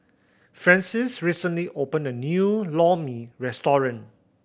Francis recently opened a new Lor Mee restaurant